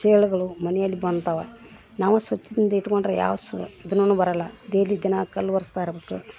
ಚೇಳುಗಳು ಮನೆಯಲ್ ಬಂತವ ನಾವು ಸ್ವಚ್ಛದಿಂದ ಇಟ್ಕೊಂಡರೆ ಯಾವ ಸಹ ಇದುನು ಬರಲ್ಲ ಡೇಲಿ ದಿನ ಕಲ್ಲು ವರೆಸ್ತಾ ಇರ್ಬೇಕು